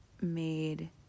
made